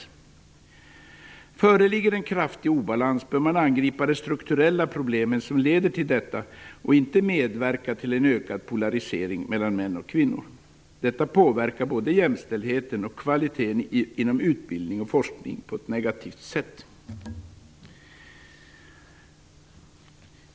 Om det föreligger en kraftig obalans, bör man angripa de strukturella problemen som leder till detta och inte medverka till en ökad polarisering mellan män och kvinnor. Detta påverkar både jämställdheten och kvaliteten inom utbildning och forskning på ett negativt sätt.